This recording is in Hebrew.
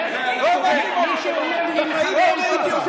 אני לא אגרתי 800